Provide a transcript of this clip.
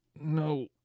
No